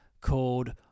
called